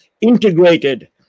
integrated